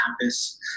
campus